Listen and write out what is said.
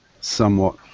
somewhat